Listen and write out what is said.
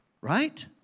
right